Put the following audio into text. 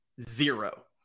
zero